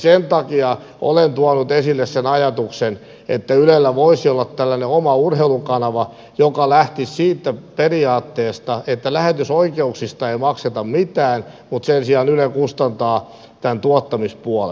sen takia olen tuonut esille sen ajatuksen että ylellä voisi olla tällainen oma urheilukanava joka lähtisi siitä periaatteesta että lähetysoikeuksista ei makseta mitään mutta sen sijaan yle kustantaa tämän tuottamispuolen